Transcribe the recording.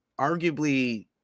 arguably